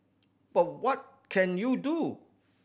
but what can you do